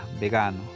vegano